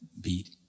beat